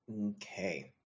Okay